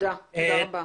תודה רבה.